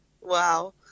Wow